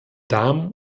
damen